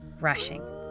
rushing